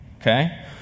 okay